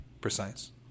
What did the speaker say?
precise